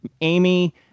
Amy